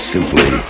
Simply